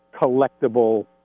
collectible